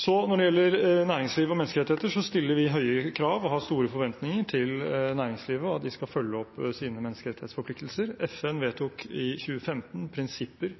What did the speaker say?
Så når det gjelder næringslivet og menneskerettigheter, stiller vi høye krav og har store forventninger til næringslivet om at de skal følge opp sine menneskerettighetsforpliktelser. FN vedtok i 2015 prinsipper